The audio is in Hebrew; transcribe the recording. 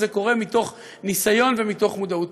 זה קורה מתוך ניסיון ומתוך מודעות,